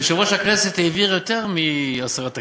יושב-ראש הכנסת העביר יותר מעשרה תקציבים,